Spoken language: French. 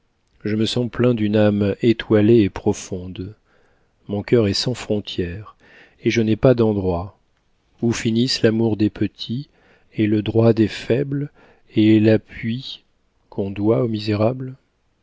je me sens plein d'une âme étoilée et profonde mon cœur est sans frontière et je n'ai pas d'endroit où finisse l'amour des petits et le droit des faibles et l'appui qu'on doit aux misérables